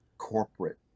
corporate